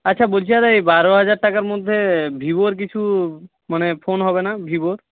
আচ্ছা বলছি আর এই বারো হাজার টাকার মধ্যে ভিভোর কিছু মানে ফোন হবে না ভিভোর